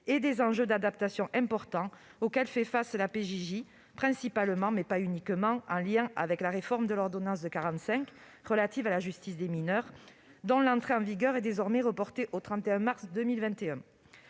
et des enjeux d'adaptation importants auxquels fait face la PJJ, principalement- mais pas uniquement -en lien avec la réforme de l'ordonnance de 1945 relative à la justice des mineurs, dont l'entrée en vigueur est désormais reportée au 31 mars